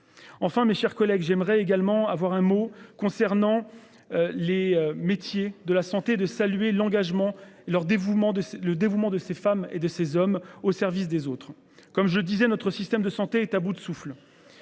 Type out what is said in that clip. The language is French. Enfin, mes chers collègues j'aimerais également avoir un mot concernant. Les métiers de la santé de saluer l'engagement et leur dévouement de le dévouement de ces femmes et de ces hommes au service des autres. Comme je disais, notre système de santé est à bout de souffle.